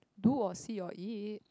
do or see or eat